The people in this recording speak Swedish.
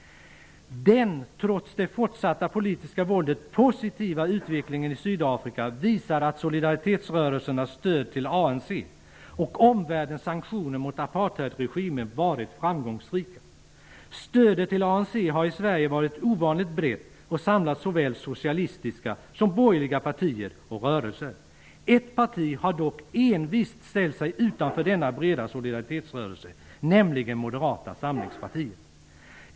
Den, trots det fortsatta politiska våldet, positiva utvecklingen i Sydafrika visar att solidaritetsrörelsernas stöd till ANC och omvärldens sanktioner mot apartheidregimen varit framgångsrika. Södet till ANC har i Sverige varit ovanligt brett och samlat såväl socialistiska som borgerliga partier och rörelser. Ett parti har dock envist ställt sig utanför denna breda solidaritetsrörelse, nämligen Moderata samlingspartiet.